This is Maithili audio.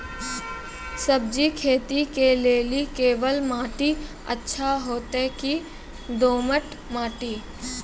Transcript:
सब्जी खेती के लेली केवाल माटी अच्छा होते की दोमट माटी?